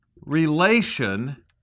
relation